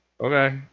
okay